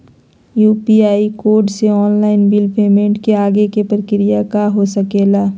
UPI code से online bill payment के आगे के प्रक्रिया का हो सके ला?